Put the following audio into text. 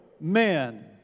men